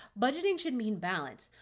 budgeting should mean balance.